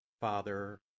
Father